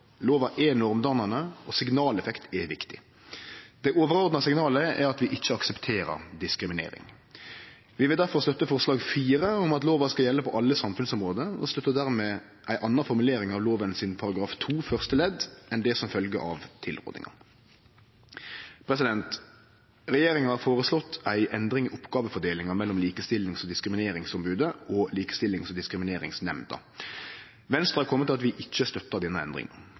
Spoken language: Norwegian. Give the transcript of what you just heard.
Lova er normdannande, og signaleffekt er viktig. Det overordna signalet er at vi ikkje aksepterer diskriminering. Vi vil difor støtte forslag nr. 4 i innstillinga til sak nr. 6, om at lova skal gjelde på alle samfunnsområde, og dermed støttar vi ei anna formulering av § 2 første ledd i lova enn det som følgjer av tilrådinga. Regjeringa har føreslått ei endring i oppgåvefordelinga mellom Likestillings- og diskrimineringsombodet og Likestillings- og diskrimineringsnemnda. Venstre har kome til at vi ikkje støttar denne endringa.